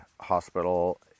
hospital